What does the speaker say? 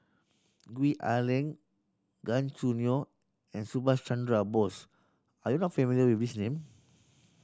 Gwee Ah Leng Gan Choo Neo and Subhas Chandra Bose are you not familiar with these name